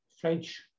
French